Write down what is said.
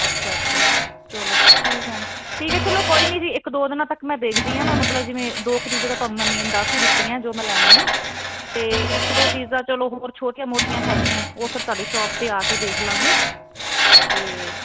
ਅੱਛਾ ਅੱਛਾ ਚਲੋ ਠੀਕ ਹੈ ਠੀਕ ਹੈ ਚਲੋ ਕੋਈ ਨੀ ਜੀ ਇੱਕ ਦੋ ਦਿਨਾਂ ਤੱਕ ਮੈਂ ਦੇਖਦੀ ਆਂ ਮੈਂ ਮਤਲਬ ਜਿਵੇਂ ਦੋ ਖਰੀਦਾ ਤੁਹਾਨੂੰ ਮੈਂ ਮੇਨ ਦੱਸ ਹੀ ਦਿੱਤੀਆਂ ਜੋ ਮੈਂ ਲੈਣੀ ਆ ਤੇ ਇੱਕ ਦੋ ਚੀਜ਼ਾਂ ਚਲੋ ਹੋਰ ਛੋਟੀਆਂ ਮੋਟੀਆਂ ਹੈਗੀਆਂ ਉਹ ਫਿਰ ਤੁਹਾਡੀ ਸ਼ੋਪ ਤੇ ਆ ਕੇ ਦੇਖ ਲਾਂਗੇ ਤੇ